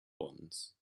bonds